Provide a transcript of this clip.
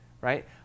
right